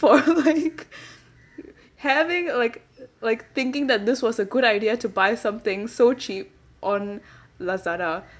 for like having like like thinking that this was a good idea to buy something so cheap on Lazada